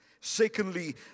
Secondly